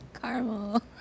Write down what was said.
Caramel